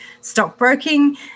stockbroking